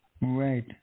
Right